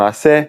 למעשה,